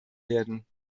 werden